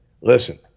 listen